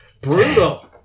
Brutal